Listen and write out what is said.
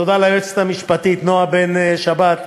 תודה ליועצת המשפטית נועה בן-שבת,